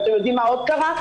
אתם יודעים מה עוד קרה?